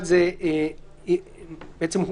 בתיקון הראשון,